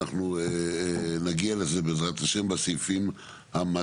אנחנו נגיע לזה, בעזת השם, בסעיפים המתאימים.